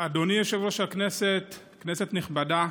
אדוני יושב-ראש הכנסת, כנסת נכבדה,